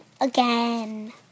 again